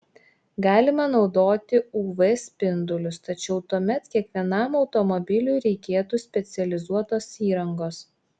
galima naudoti uv spindulius tačiau tuomet kiekvienam automobiliui reikėtų specializuotos įrangos